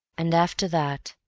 and after that,